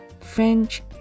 French